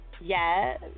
Yes